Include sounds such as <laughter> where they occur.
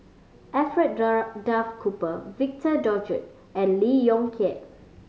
Alfred <unintelligible> Duff Cooper Victor Doggett and Lee Yong Kiat